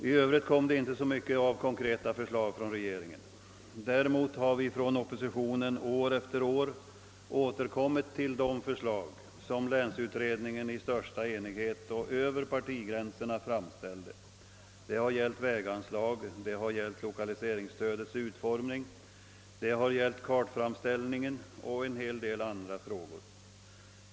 I övrigt kom det inte så många konkreta förslag från regeringen. Däremot har vi från oppositionen år efter år återkommit till de förslag som länsutredningen i största enighet och över partigränserna framställde. Det har gällt väganslag, <lokaliseringsstödets = utformning, kartframställningen och en hel del andra frågor.